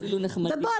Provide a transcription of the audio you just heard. ובוא,